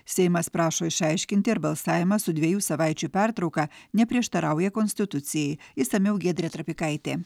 seimas prašo išaiškinti ar balsavimas su dviejų savaičių pertrauka neprieštarauja konstitucijai išsamiau giedrė trapikaitė